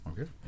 Okay